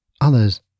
Others